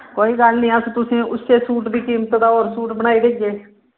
कोई गल्ल निं अस तुसेंगी उस्सै सूट दी कीमत दा होर सूट बनाई देगे